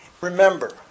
Remember